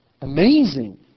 amazing